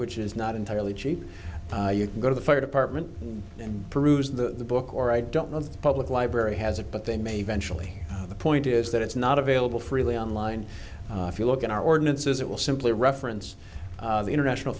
which is not entirely cheap you can go to the fire department and peruse the book or i don't know of the public library has it but they may eventually the point is that it's not available freely online if you look at our ordinances it will simply reference the international